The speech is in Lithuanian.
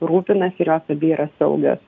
rūpinasi ir jos abi yra saugios